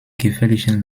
gefährlichen